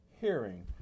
hearing